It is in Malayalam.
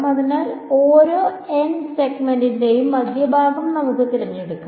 അതിനാൽ ഈ ഓരോ n സെഗ്മെന്റിന്റെയും മധ്യഭാഗം നമുക്ക് തിരഞ്ഞെടുക്കാം